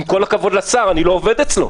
עם כל הכבוד לשר, איני עובד אצלו.